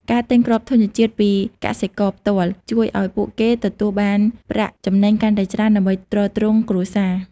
ការទិញគ្រាប់ធញ្ញជាតិពីកកសិករផ្ទាល់ ជួយឱ្យពួកគេទទួលបានប្រាក់ចំណេញកាន់តែច្រើនដើម្បីទ្រទ្រង់គ្រួសារ។